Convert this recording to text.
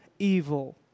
evil